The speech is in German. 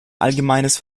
allgemeines